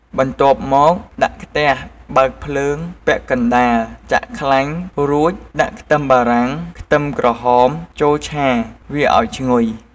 បន្ទាប់មកដាក់ខ្ទះបើកភ្លើងពាក់កណ្តាល ចាក់ខ្លាញ់ រួចដាក់ខ្ទឹមបារាំង ខ្ទឹមក្រហមចូលឆាវាឱ្យឈ្ងុយ។